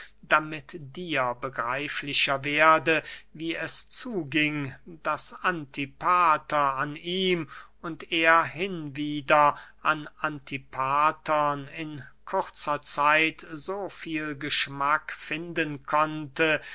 damit dir begreiflicher werde wie es zuging daß antipater an ihm und er hinwieder an antipater in kurzer zeit so viel geschmack finden konnte